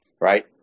right